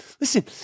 listen